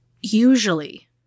Usually